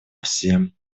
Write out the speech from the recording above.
всем